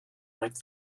might